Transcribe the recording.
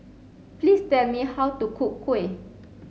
please tell me how to cook Kuih